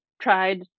tried